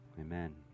amen